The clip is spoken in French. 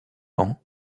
ans